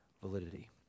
validity